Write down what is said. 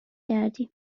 کردی